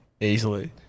Easily